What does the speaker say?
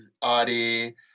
Audi